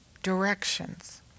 directions